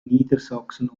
niedersachsen